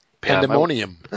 Pandemonium